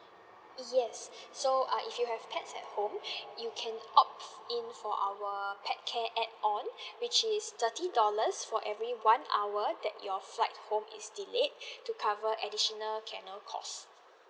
yes so err if you have pets at home you can opt in for our pet care add on which is thirty dollars for every one hour that your flight home is delayed to cover additional kennel cost